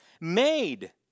made